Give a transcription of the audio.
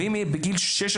ואם יהיה ילד בגיל 16,